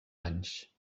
anys